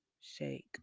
shake